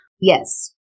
Yes